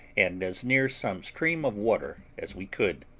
and as near some stream of water as we could.